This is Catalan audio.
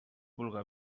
vulga